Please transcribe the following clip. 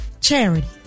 charity